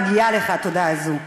מגיעה לך התודה הזו.